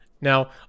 Now